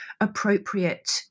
appropriate